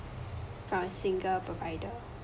from a single provider